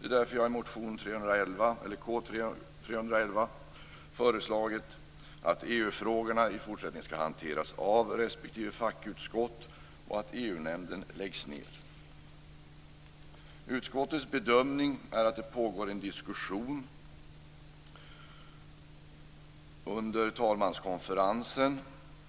Det är därför jag i motion K311 föreslagit att EU-frågorna i fortsättningen skall hanteras av respektive fackutskott och att EU-nämnden läggs ned. Utskottets bedömning är att det pågår en diskussion under talmanskonferensen